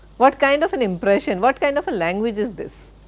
what kind of an impression, what kind of a language is this?